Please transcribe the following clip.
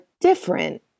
different